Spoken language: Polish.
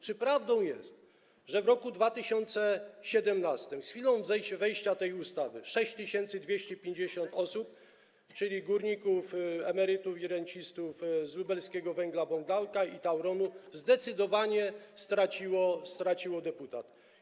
Czy prawdą jest, że w roku 2017, z chwilą wejścia tej ustawy, 6250 osób, górników emerytów i rencistów z Lubelskiego Węgla Bogdanka i Tauronu, zdecydowanie straciło deputat?